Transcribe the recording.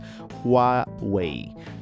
Huawei